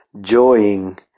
joying